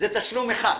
זה תשלום אחד.